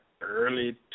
early